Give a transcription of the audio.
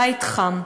בית חם,